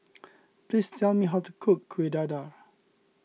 please tell me how to cook Kuih Dadar